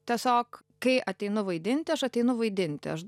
tiesiog kai ateinu vaidinti aš ateinu vaidinti aš